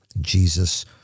Jesus